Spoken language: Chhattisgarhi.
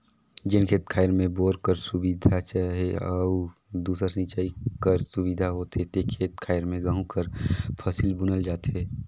जेन खेत खाएर में बोर कर सुबिधा चहे अउ दूसर सिंचई कर सुबिधा होथे ते खेत खाएर में गहूँ कर फसिल बुनल जाथे